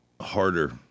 harder